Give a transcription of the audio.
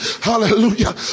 Hallelujah